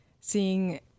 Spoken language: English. seeing